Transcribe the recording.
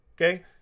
Okay